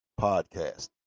podcast